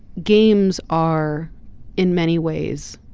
games are in many ways